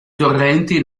torrenti